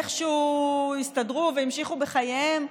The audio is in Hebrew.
איכשהו הסתדרו והמשיכו בחייהם,